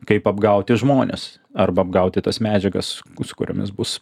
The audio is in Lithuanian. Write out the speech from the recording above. kaip apgauti žmones arba apgauti tas medžiagas kuriomis bus